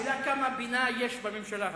השאלה כמה בינה יש בממשלה הזאת.